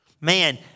Man